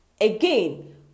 Again